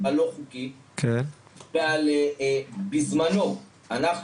15,000,000,000 ₪ בלא חוקי ובזמנו אנחנו